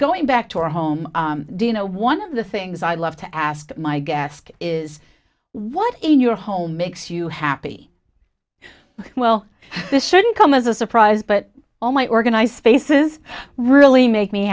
going back to our home dino one of the things i love to ask my guest is what in your home makes you happy well this shouldn't come as a surprise but all my organized spaces really make me